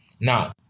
Now